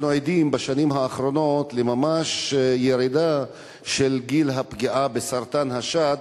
אנחנו עדים בשנים האחרונות לממש ירידה של גיל הפגיעה של סרטן השד,